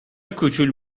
کوچول